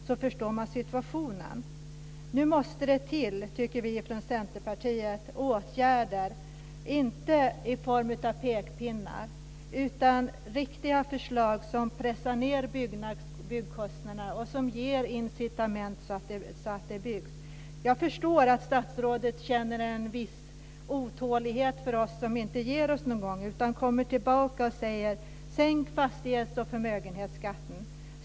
Vi från Centerpartiet tycker att det nu måste till åtgärder, inte i form av pekpinnar utan riktiga förslag som pressar ned byggkostnaderna och som ger incitament så att det byggs. Jag förstår att statsrådet känner en viss otålighet inför oss som inte ger oss någon gång utan som kommer tillbaka och säger: Sänk fastighets och förmögenhetsskatten!